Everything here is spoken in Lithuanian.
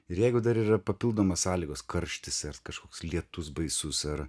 ir jeigu dar yra papildomos sąlygos karštis tas kažkoks lietus baisus ar